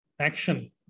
action